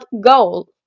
goal